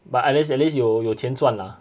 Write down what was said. but at least at least 有钱赚 lah